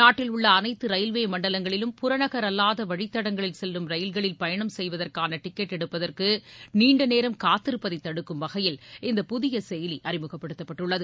நாட்டில் உள்ள அனைத்து ரயில்வே மண்டலங்களிலும் புறநகர் அல்லாத வழித்தடங்களில் செல்லும் ரயில்களில் பயனம் செய்வதற்கான டிக்கெட் எடுப்பதற்கு நீண்ட நேரம் காத்திருப்பதை தடுக்கும் வகையில் இந்த புதிய செயலி அறிமுகப்படுத்தப்பட்டுள்ளது